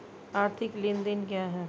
आर्थिक लेनदेन क्या है?